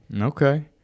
Okay